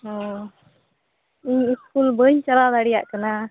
ᱚᱸᱻ ᱤᱧ ᱤᱥᱠᱩᱞ ᱵᱟᱹᱧ ᱪᱟᱞᱟᱣ ᱫᱟᱲᱮᱭᱟᱜ ᱠᱟᱱᱟ